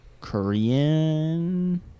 Korean